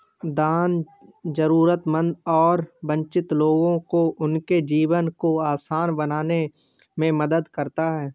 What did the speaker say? दान जरूरतमंद और वंचित लोगों को उनके जीवन को आसान बनाने में मदद करता हैं